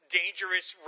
dangerous